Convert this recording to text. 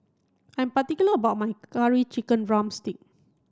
I'm particular about my curry chicken drumstick